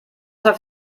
läuft